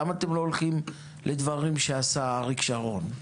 למה אתם לא הולכים לדברים שעשה אריק שרון?